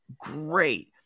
great